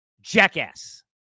jackass